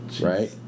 Right